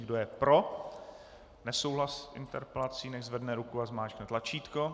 Kdo je pro nesouhlas s interpelací, nechť zvedne ruku a zmáčkne tlačítko.